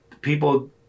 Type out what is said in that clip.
people